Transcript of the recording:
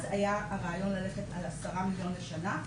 אז היה רעיון ללכת על 10 מיליון לשנה,